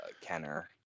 Kenner